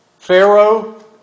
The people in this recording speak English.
Pharaoh